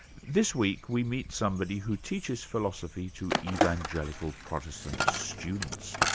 this week we meet somebody who teaches philosophy to evangelical protestant students.